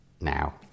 Now